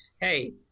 Hey